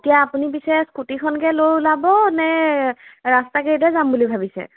এতিয়া আপুনি পিছে স্কুটিখনকে লৈ ওলাব নে ৰাস্তা গাড়ীতে যাম বুলি ভাবিছে